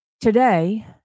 Today